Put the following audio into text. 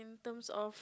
terms of